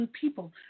people